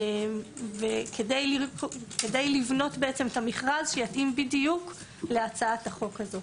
וכדי לבנות את המכרז שיתאים בדיוק להצעת החוק הזאת.